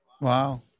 Wow